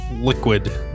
liquid